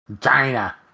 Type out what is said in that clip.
China